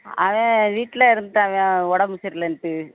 அவன் வீட்டில் இருந்துவிட்டாங்க உடம்பு சரியில்லன்ட்டு